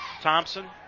Thompson